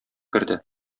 керде